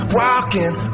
walking